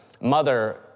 mother